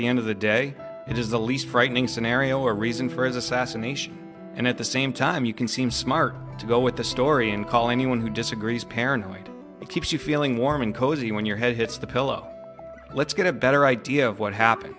the end of the day it is the least frightening scenario or reason for his assassination and at the same time you can seem smart to go with the story and call anyone who disagrees paranoid it keeps you feeling warm and cozy when your head hits the pillow let's get a better idea of what happen